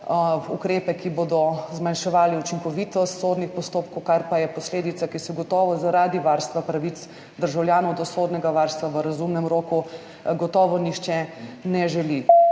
ukrepe, ki bodo zmanjševali učinkovitost sodnih postopkov, kar pa je posledica, ki si je zaradi varstva pravic državljanov do sodnega varstva v razumnem roku gotovo nihče ne želi.